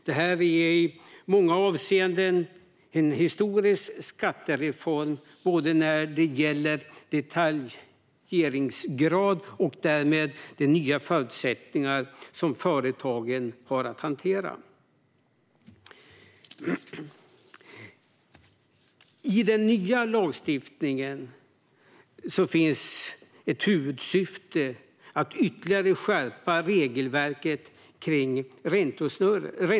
Detta är i många avseenden en historisk skattereform när det gäller detaljeringsgrad och därmed de nya förutsättningar som företagen har att hantera. I den nya lagstiftningen finns ett huvudsyfte att ytterligare skärpa regelverket kring räntesnurror.